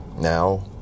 now